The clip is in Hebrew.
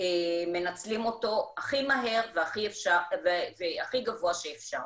מנצלים אותו הכי מהר והכי גבוה שאפשר.